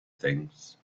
things